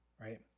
right